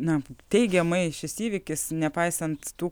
na teigiamai šis įvykis nepaisant tų